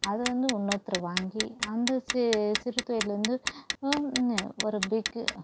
அது வந்து இன்னொருத்தர் வாங்கி அந்த சி சிறுத்தொழில் வந்து என்ன ஒரு பிக்கு